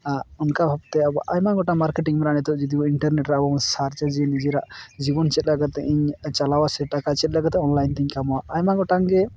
ᱚᱱᱠᱟ ᱵᱷᱟᱵᱽᱛᱮ ᱟᱵᱚ ᱟᱭᱢᱟ ᱜᱚᱴᱟᱝ ᱢᱟᱨᱠᱮᱴᱤᱝ ᱢᱮᱱᱟᱜᱼᱟ ᱱᱤᱛᱚᱝ ᱡᱚᱫᱤ ᱤᱱᱴᱟᱨᱱᱮᱴ ᱨᱮ ᱟᱵᱚᱵᱚ ᱥᱟᱨᱪᱟ ᱡᱮ ᱱᱤᱡᱮᱨᱟᱜ ᱡᱤᱵᱚᱱ ᱪᱮᱞᱮᱠᱟ ᱠᱟᱛᱮᱧ ᱪᱟᱞᱟᱣᱼᱟ ᱥᱮ ᱴᱟᱠᱟ ᱪᱮᱫᱞᱮᱠᱟ ᱠᱟᱛᱮᱫ ᱚᱱᱞᱟᱭᱤᱱᱛᱮᱧ ᱠᱟᱢᱟᱣᱟ ᱟᱭᱢᱟ ᱜᱚᱴᱟᱝᱜᱮ